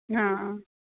हाँ